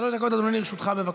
שלוש דקות, אדוני, לרשותך.